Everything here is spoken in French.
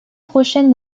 prochaine